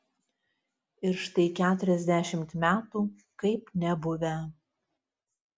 ir štai keturiasdešimt metų kaip nebuvę